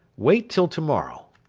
wait till to-morrow